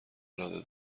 العاده